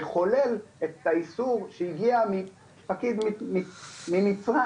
וחולל את האיסור שהגיע מפקיד ממצרים,